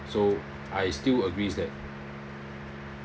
so I still agree that